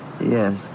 Yes